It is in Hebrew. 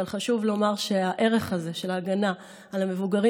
אבל חשוב לומר שהערך הזה של ההגנה על המבוגרים